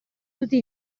tutti